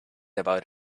about